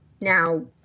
Now